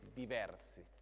diversi